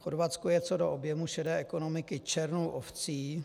Chorvatsko je co do objemu šedé ekonomiky černou ovcí.